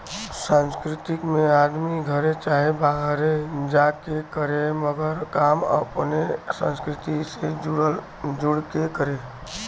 सांस्कृतिक में आदमी घरे चाहे बाहरे जा के करे मगर काम अपने संस्कृति से जुड़ के करे